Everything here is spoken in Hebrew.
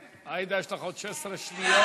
עאידה, יש לך עוד 16 שניות.